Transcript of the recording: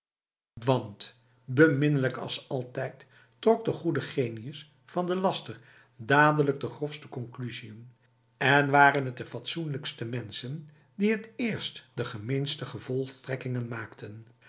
want beminnelijk als altijd trok de goede genius van de laster dadelijk de grofste conclusiën en waren het de fatsoenlijkste mensen die het eerst de gemeenste gevolgtrekkingen maakten